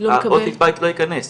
ההוספיס בית לא ייכנס,